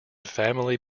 family